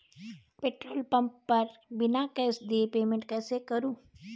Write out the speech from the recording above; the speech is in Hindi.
पेट्रोल पंप पर बिना कैश दिए पेमेंट कैसे करूँ?